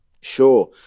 Sure